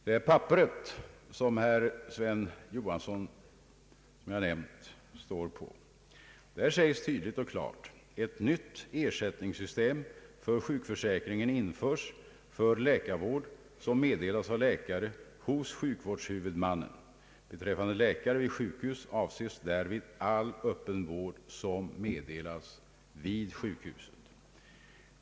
På det papper som herr Sven Johansson har undertecknat, såsom jag förut nämnde, står tydligt och klart att ett nytt ersättningssystem för sjukförsäkringen införs vid läkarvård som meddelas av läkare hos sjukvårdshuvudmannen. Beträffande läkare vid sjukhus avses därvid all öppen vård som meddelas vid sjukhusen.